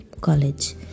college